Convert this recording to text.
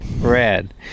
Red